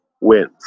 wins